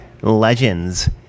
Legends